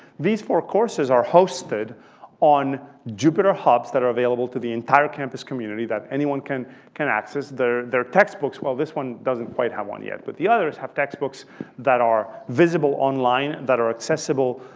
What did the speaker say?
these four courses are hosted on jupyterhubs that are available to the entire campus community that anyone can can access their textbooks. well, this one doesn't quite have one yet, but the others have textbooks that are visible online that are accessible